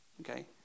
Okay